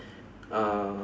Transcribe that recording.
uh